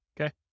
Okay